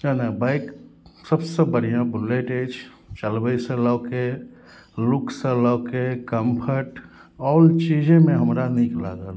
जेना बाइक सबसँ बढ़िऑं बुलेट अछि चलबै सऽ लऽके लुक सऽ लऽ के कम्फर्ट ऑल चीजेमे हमरा नीक लागल